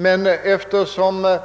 Men eftersom